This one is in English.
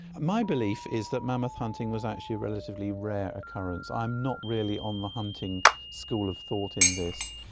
my belief is that mammoth hunting was actually a relatively rare occurrence. i'm not really on the hunting school of thought in this.